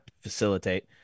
facilitate